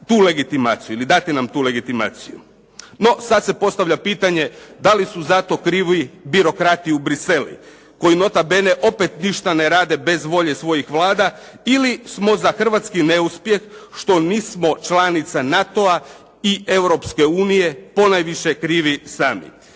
tu legitimaciju ili dati nam tu legitimaciju. No, sada se postavlja pitanje, da li su zato krivi birokrati u Bruxelles-u, koji nota bene opet ništa ne rade bez volje svojih vlada ili smo za hrvatski neuspjeh što nismo članica NATO-a i Europske unije ponajviše krivi sami.